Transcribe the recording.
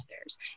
others